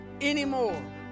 anymore